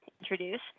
introduce